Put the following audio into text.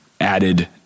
added